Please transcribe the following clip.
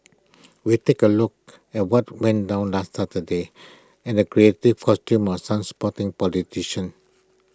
we take A look at what went down last Saturday and the creative costumes of some sporting politicians